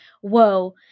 whoa